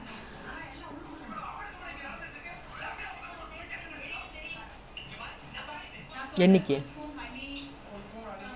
!aiya! if it you know நம்ம வந்து:namma vanthu thursday வந்து:vanthu we are going to play like some I don't know like they want to play some years six years the year fives call us lah